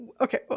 Okay